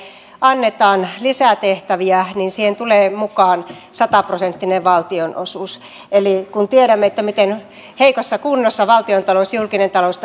annetaan lisää tehtäviä niin siihen tulee mukaan sata prosenttinen valtionosuus eli kun tiedämme miten heikossa kunnossa valtiontalous julkinen talous